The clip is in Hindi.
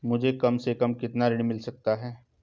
मुझे कम से कम कितना ऋण मिल सकता है?